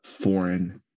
foreign